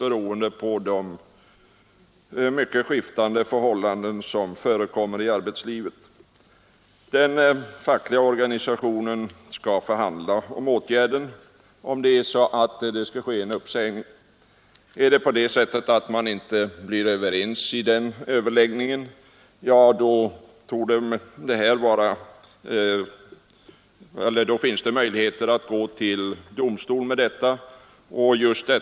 Detta beror på de mycket skiftande förhållanden som förekommer i arbetslivet. Den fackliga organisationen skall förhandla med arbetsgivaren om en uppsägning skall ske. Blir man inte överens i denna överläggning, finns det möjligheter att gå till domstol.